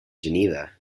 geneva